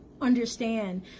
understand